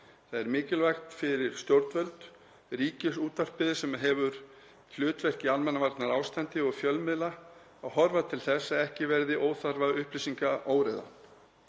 Það er mikilvægt fyrir stjórnvöld, Ríkisútvarpið sem hefur hlutverk í almannavarnaástandi og fjölmiðla að horfa til þess að ekki verði óþarfa upplýsingaóreiða.